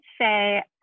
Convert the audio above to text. say